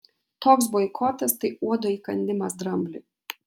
toks boikotas tai uodo įkandimas drambliui